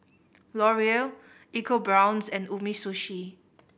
Laurier ecoBrown's and Umisushi